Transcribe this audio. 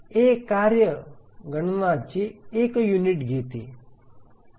A कार्य गणनाचे एक युनिट घेते